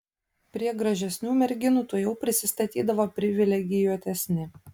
prie gražesnių merginų tuojau prisistatydavo privilegijuotesni